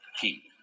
Key